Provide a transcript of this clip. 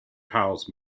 house